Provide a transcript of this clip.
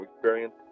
Experience